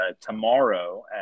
tomorrow